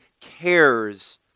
cares